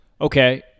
Okay